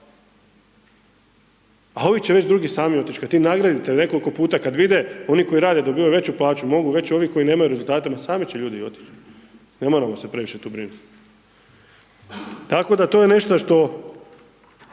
a ovi će već drugi sami otić. Kad njih nagradite nekoliko puta, kad vide oni koji rade dobivaju veću plaću, mogu reći ovi koji nemaju rezultate, ma sami će ljudi otić, ne moramo se previše tu brinut. Tako da to je nešto što